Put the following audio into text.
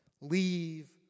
Leave